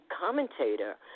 commentator